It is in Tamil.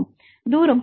தூரம் 4